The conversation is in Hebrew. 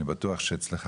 אני בטוח שאצלך,